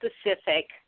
specific